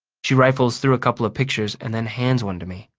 she rifles through a couple of pictures and then hands one to me.